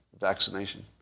vaccination